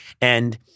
And-